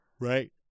Right